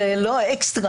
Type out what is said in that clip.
זה לא אקסטרה.